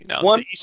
One